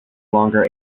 longer